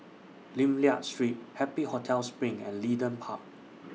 Lim Liak Street Happy Hotel SPRING and Leedon Park